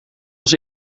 was